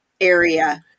area